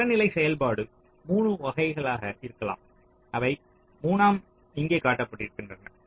புறநிலை செயல்பாடு 3 வகைகளாக இருக்கலாம் அவை 3 ம் இங்கே காட்டப்பட்டுள்ளன